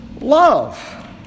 love